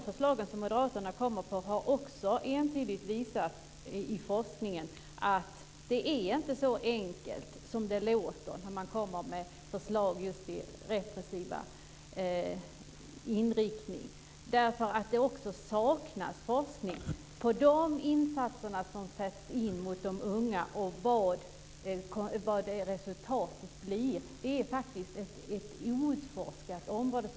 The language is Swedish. Forskningen har också visat att det inte är så enkelt som det låter när man kommer med förslag med repressiv inriktning. Det saknas också forskning när det gäller de insatser som görs mot de unga och det resultatet man uppnår. Det är faktiskt ett outforskat område.